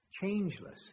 changeless